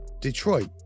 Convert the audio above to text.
Detroit